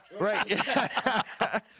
right